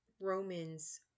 Romans